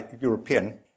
European